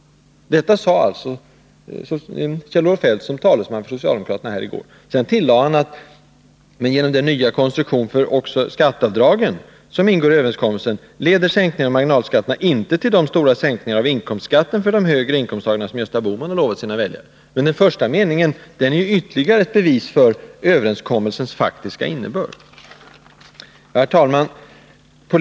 Detta sade alltså Kjell-Olof Feldt som talesman för socialdemokraterna här i går. Sedan tillade han att genom den nya konstruktion för skatteavdragen som ingår i överenskommelsen leder sänkningarna av marginalskatterna inte till de stora sänkningar av inkomstskatten för de högre inkomsttagarna som Gösta Bohman lovat sina väljare. Men den första meningen som jag återgav är ytterligare ett bevis för överenskommelsens faktiska innebörd. Herr talman!